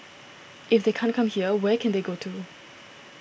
if they can't come here where can they go to